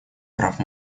прав